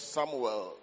Samuel